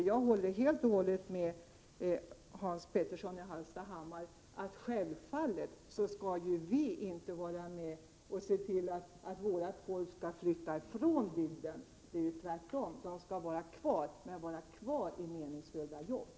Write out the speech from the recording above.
Jag håller helt och hållet med Hans Petersson i Hallstahammar om att vi självfallet inte skall vara med om att flytta vårt folk från bygden. Tvärtom, människorna skall vara kvar men i meningsfulla arbeten.